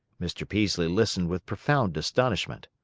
mr. peaslee listened with profound astonishment.